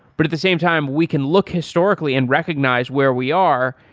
but at the same time we can look historically and recognize where we are.